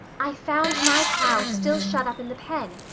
i found my cow still shut up in the pen.